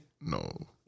No